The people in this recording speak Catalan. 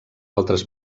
altres